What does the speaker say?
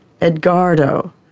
Edgardo